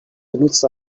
benutzt